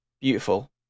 Beautiful